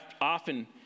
Often